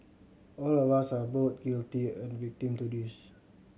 all of us are both guilty and victim to this